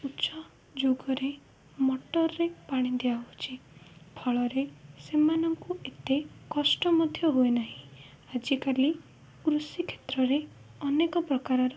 ଉଚ୍ଚ ଯୁଗରେ ମଟରରେ ପାଣି ଦିଆହଉଚି ଫଳରେ ସେମାନଙ୍କୁ ଏତେ କଷ୍ଟ ମଧ୍ୟ ହୁଏନାହିଁ ଆଜିକାଲି କୃଷି କ୍ଷେତ୍ରରେ ଅନେକ ପ୍ରକାରର